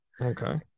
Okay